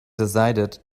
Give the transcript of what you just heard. decided